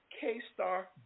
K-Star